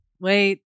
wait